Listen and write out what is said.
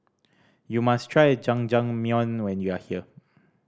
you must try Jajangmyeon when you are here